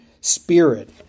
spirit